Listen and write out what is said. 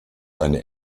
eine